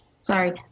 Sorry